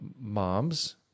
moms